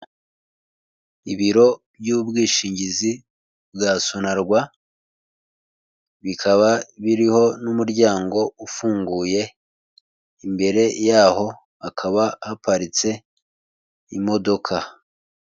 Ibiro by'ubwishingizi bwa SONARWA, bikaba biriho n'umuryango ufunguye, imbere yaho hakaba haparitse imodoka.